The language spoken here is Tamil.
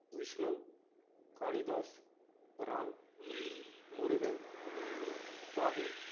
விஷ்ணு காளிதாஸ் ராம் முருகன் ஃபாஹிம்